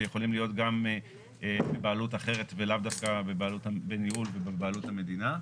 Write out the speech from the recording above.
שיכולים להיות גם בעלות אחרת ולאו דווקא בניהול ובבעלות המדינה,